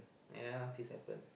ya this happen